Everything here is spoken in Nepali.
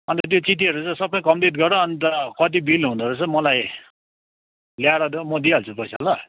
अनि त त्यो चिट्ठीहरू चाहिँ सबै कम्प्लिट गर अनि त कति बिल हुँदोरहेछ मलाई ल्याएर देऊ म दिइहाल्छु पैसा ल